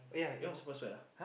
eh what's the password ah